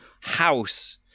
house